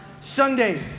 sunday